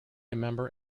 member